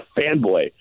fanboy